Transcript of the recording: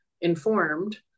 informed